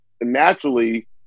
naturally